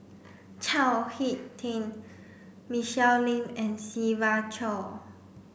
Chao Hick Tin Michelle Lim and Siva Choy